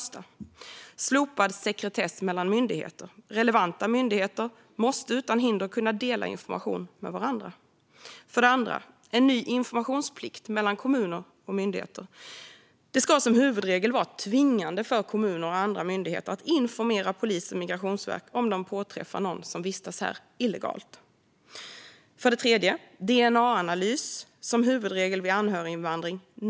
Slopad sekretess mellan myndigheter. Relevanta myndigheter måste utan hinder kunna dela information med varandra. En ny informationsplikt mellan kommuner och myndigheter. Det ska som huvudregel vara tvingande för kommuner och andra myndigheter att informera polisen och Migrationsverket om de påträffar någon som vistas här illegalt. Dna-analys som huvudregel vid anhöriginvandring.